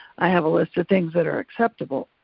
i have a list of things that are acceptable.